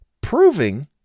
proving